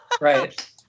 right